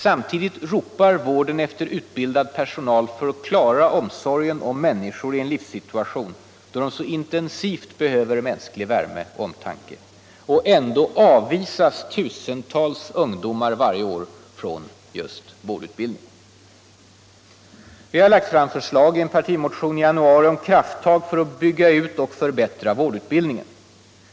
Samtidigt ropar vården efter utbildad personal för att klara omsorgen om människor i en viss situation då de så intesivt behöver mänsklig värme och omtanke. Ändå avvisas tusentals ungdomar varje år från just vårdutbildning! Vi har lagt fram förslag i en partimotion i januari om krafttag för att bygga ut och förbättra vårdutbildningen.